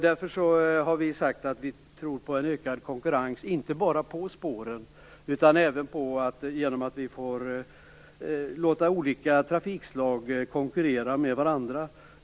Därför har vi sagt att vi tror på en ökad konkurrens inte bara på spåren utan även genom att låta olika trafikslag konkurrera med varandra.